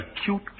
Acute